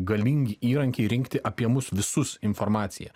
galingi įrankiai rinkti apie mus visus informaciją